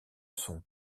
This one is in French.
son